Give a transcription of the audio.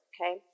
okay